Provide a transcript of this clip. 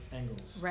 angles